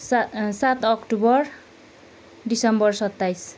सा सात October December सत्ताइस